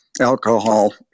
alcohol